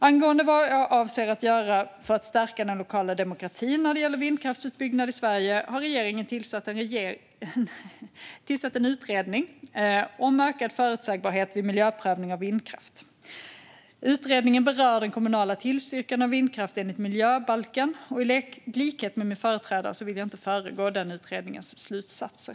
Angående vad jag avser att göra för att stärka den lokala demokratin när det gäller vindkraftsutbyggnad i Sverige har regeringen tillsatt en utredning om ökad förutsägbarhet vid miljöprövning av vindkraft. Utredningen berör den kommunala tillstyrkan av vindkraft enligt miljöbalken. I likhet med min företrädare vill jag inte föregripa utredningens slutsatser.